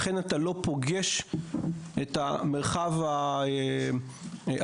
לכן אתה לא פוגש את המרחב הערבי.